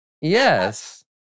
Yes